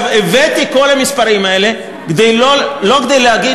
הבאתי את כל המספרים האלה לא כדי להגיד